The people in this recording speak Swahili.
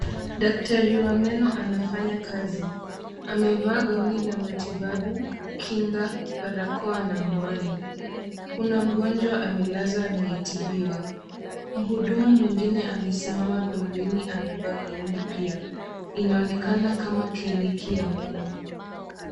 Daktari wa meno anafanya kazi. Amevaa gown ya matibabu, kinga, balakoa na miwani. Kuna mgonjwa amelazwa anaye tibiwa. Mhudumu mwingine amesimama pembeni, amevaa gown pia. Inaonekana kama kliniki ya meno.